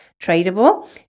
tradable